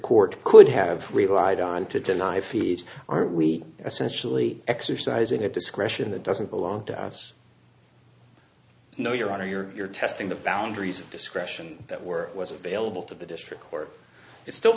court could have relied on to deny fees aren't we essentially exercising a discretion that doesn't belong to us no your honor you're testing the boundaries of discretion that work was available to the district court is still